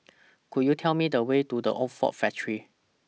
Could YOU Tell Me The Way to The Old Ford Factory